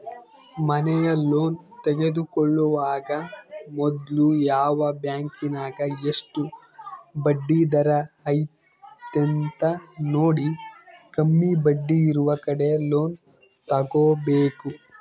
ಮನೆಯ ಲೋನ್ ತೆಗೆದುಕೊಳ್ಳುವಾಗ ಮೊದ್ಲು ಯಾವ ಬ್ಯಾಂಕಿನಗ ಎಷ್ಟು ಬಡ್ಡಿದರ ಐತೆಂತ ನೋಡಿ, ಕಮ್ಮಿ ಬಡ್ಡಿಯಿರುವ ಕಡೆ ಲೋನ್ ತಗೊಬೇಕು